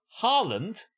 Haaland